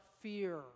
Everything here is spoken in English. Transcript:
fear